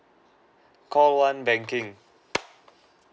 call one banking